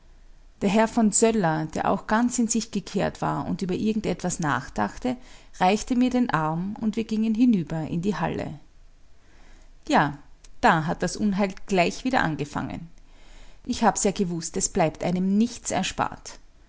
der herr von söller der auch ganz in sich gekehrt war und über irgend etwas nachdachte reichte mir den arm und wir gingen hinüber in die halle ja da hat das unheil gleich wieder angefangen ich hab's ja gewußt es bleibt einem nichts erspart